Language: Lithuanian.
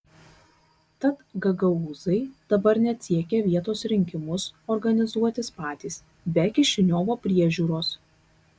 tad gagaūzai dabar net siekia vietos rinkimus organizuotis patys be kišiniovo priežiūros